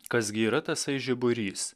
kas gi yra tasai žiburys